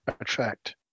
attract